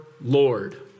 Lord